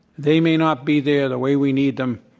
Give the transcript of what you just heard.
they may not be there the way we need them,